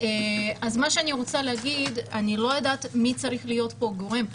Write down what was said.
אני לא יודעת מי צריך להיות פה הגורם.